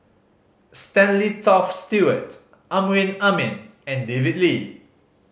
Stanley Toft Stewart Amrin Amin and David Lee